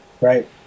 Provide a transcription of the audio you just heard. Right